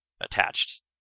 attached